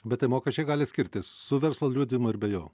bet tai mokesčiai gali skirtis su verslo liudijimu ir be jo